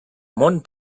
món